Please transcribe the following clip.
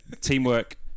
teamwork